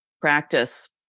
practice